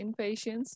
inpatients